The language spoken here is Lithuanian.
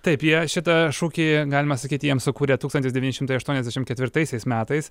taip jie šitą šūkį galima sakyti jiem sukūrė tūkstantis devyni šimtai aštuoniasdešim ketvirtaisiais metais